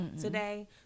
today